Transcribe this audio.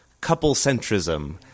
couple-centrism